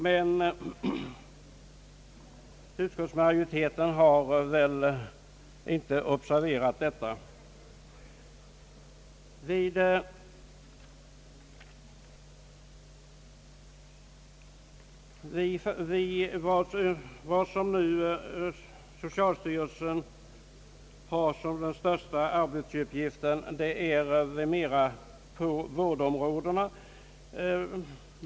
Men utskottsmajoriteten har väl inte observerat detta. Socialstyrelsens största arbetsuppgift i dag ligger mera på vårdområdet.